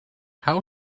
how